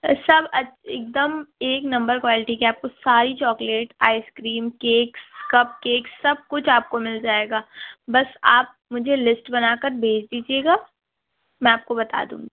سب ایک دم ایک نمبر کوالٹی کی آپ کو ساری chocolate ice cream cake cupcake سب کچھ آپ کو مل جائے گا بس آپ مجھے لیسٹ بنا کر بھیج دیجیے گا میں آپ کو بتا دوں گی